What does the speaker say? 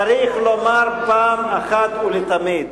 צריך לומר פעם אחת ולתמיד,